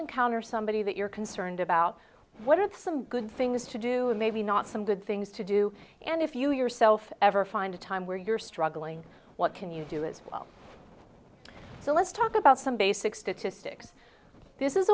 encounter somebody that you're concerned about what did some good things to do and maybe not some good things to do and if you yourself ever find a time where you're struggling what can you do is well let's talk about some basic statistics this is